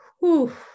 whoo